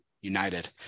united